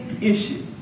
issue